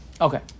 Okay